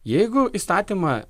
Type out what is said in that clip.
jeigu įstatymą